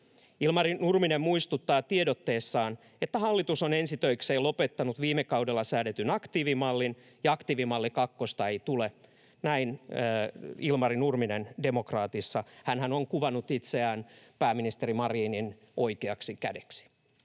”Ilmari Nurminen muistuttaa tiedotteessaan, että hallitus on ensi töikseen lopettanut viime kaudella säädetyn aktiivimallin ja aktiivimalli kakkosta ei tule.” Näin Ilmari Nurminen Demokraatissa. Hänhän on kuvannut itseään pääministeri Marinin oikeaksi kädeksi.